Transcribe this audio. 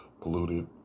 polluted